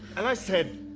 and i said,